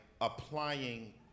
applying